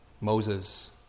Moses